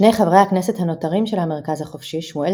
שני חברי הכנסת הנותרים של המרכז החופשי שמואל